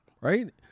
right